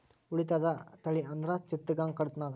ಉಳಿದದ ತಳಿ ಅಂದ್ರ ಚಿತ್ತಗಾಂಗ, ಕಡಕನಾಥ